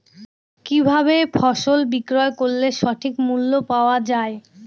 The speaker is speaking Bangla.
কি ভাবে ফসল বিক্রয় করলে সঠিক মূল্য পাওয়া য়ায়?